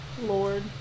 lord